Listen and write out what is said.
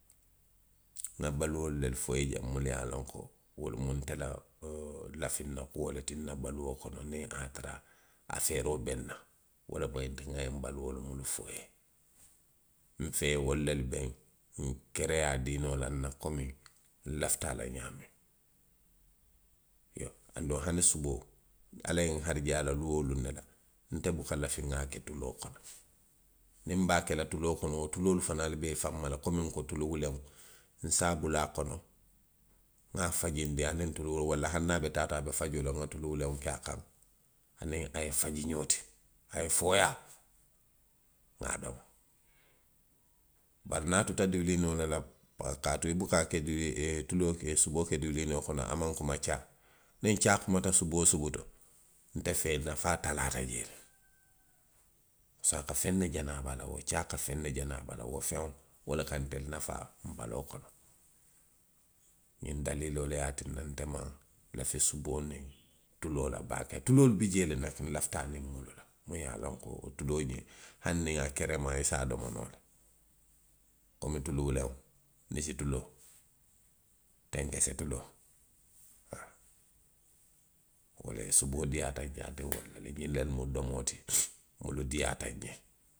Nŋa baluolu lelu fo i ye minnu ye a loŋ ko, wolu nte la ooo, lasila kuo le ti nna kuolu kono niŋ a ye a tara a feeroo be nna. wolu lemu nwa ňiŋ baluolu minnu fo i ye. Nse wolu lelu beŋ uŋ, kereyaa diinoo la nna, komi nlafita a la ňaamiŋ. Iyoo anduŋ hani suboo. ala ye nharijee a la luŋ woo luŋ ne la. nte buka lafi nŋa a ke tuloo kono. Niŋ be a ke la tuloo kono. wo tuloolu fannaalu be i faŋ mala komi tulu wuleŋo; nse a bula a kono, nŋa a fajindi aniŋ tuloo, walla hani niŋ a be taa kaŋ a be faji la domondiŋ nŋa tuluŋ wuleŋo ke a kaŋ, a ye faji ňoo ti. a ye fooyaa. nŋa a domo. bari niŋ a tuta duwiliinoo le la. kaatu i buka ke duwii. ee. tuloo ke, ee i ye suboo ke duwiiliinoo kono, a maŋ kuma caa. Niŋ caa kuma kumata subu woo subu to. nte fee nafaa te a la, a fayi. Parisiko a ka feŋ ne jani, wo caa ka feŋ ne jani a bala. Wo feŋo, wo le ka ntelu nafaa nbaloo kono.ňiŋ daliiloo le ye a tinna nte maŋ lafi suboo niŋ tuloo la baake. Tuloolu bi jee le nlafita aniŋ minnu la, minnu ye a loŋ ko hani a keremaa i se a domo noo, komi tulu wuleŋo, ninsi tuloo, tenkese tuloo, haa. Bari suboo diiyaata nňe a te bulu, ňinnu le mu doomo ti, wo du diiyaata nňe.